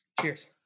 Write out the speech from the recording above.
Cheers